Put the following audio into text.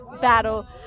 battle